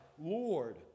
Lord